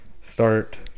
start